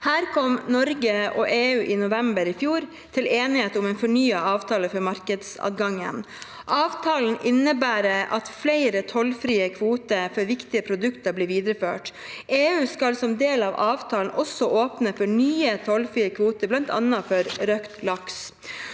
Her kom Norge og EU i november i fjor til enighet om en fornyet avtale for markedsadgangen. Avtalen innebærer at flere tollfrie kvoter for viktige produkter blir videreført. EU skal som del av avtalen også åpne for nye tollfrie kvoter, bl.a. for røkt laks.